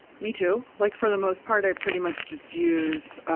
me too. like for the most part, i pretty much just use.